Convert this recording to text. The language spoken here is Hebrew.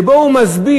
שבו הוא מסביר